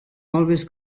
always